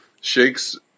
shakes